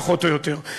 פחות או יותר,